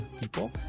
people